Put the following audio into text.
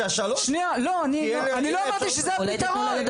שנייה, לא, אני לא אמרתי שזה הפתרון.